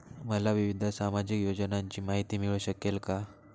मला विविध सामाजिक योजनांची माहिती मिळू शकेल का?